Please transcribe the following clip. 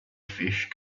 fish